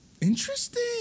Interesting